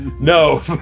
No